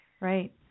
Right